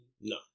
No